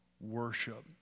worship